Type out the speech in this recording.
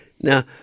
Now